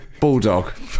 bulldog